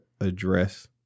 address